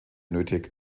nötig